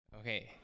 Okay